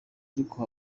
ariko